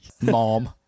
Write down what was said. Mom